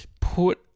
put